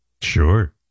sure